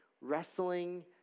wrestling